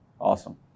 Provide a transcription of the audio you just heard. Awesome